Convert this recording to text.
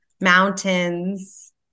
Mountains